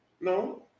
No